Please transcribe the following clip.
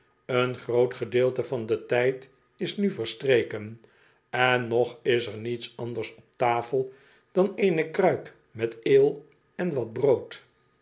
een groot gedeelte van den tijd is nu verstreken en nog is er niets anders op tafel dan eene kruik met ale en wat brood